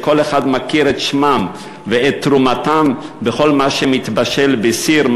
שכל אחד מכיר את שמם ואת תרומתם בכל מה שמתבשל בסיר,